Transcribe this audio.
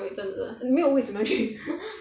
如果有位真的没有位怎么样去